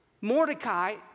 Mordecai